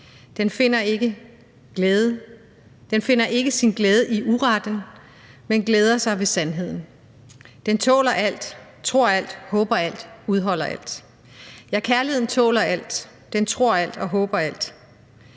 op, bærer ikke nag. Den finder ikke sin glæde i uretten, men glæder sig ved sandheden. Den tåler alt, tror alt, håber alt, udholder alt.« Ja, kærligheden tåler alt, tror alt og håber alt.